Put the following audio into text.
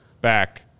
back